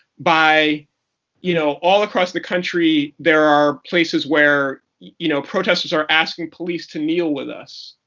by you know all across the country, there are places where you know protesters are asking police to kneel with us.